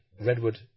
redwood